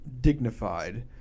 dignified